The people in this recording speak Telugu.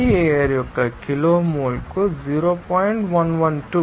డ్రై ఎయిర్ యొక్క కిలో మోల్కు 0